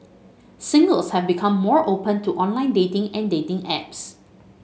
singles have become more open to online dating and dating apps